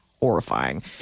horrifying